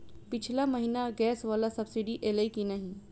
पिछला महीना गैस वला सब्सिडी ऐलई की नहि?